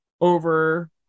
over